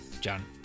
John